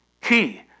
key